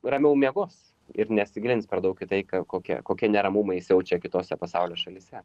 ramiau miegos ir nesigilins per daug į tai kokia kokie neramumai siaučia kitose pasaulio šalyse